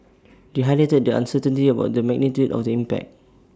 they highlighted the uncertainty about the magnitude of the impact